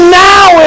now